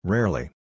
Rarely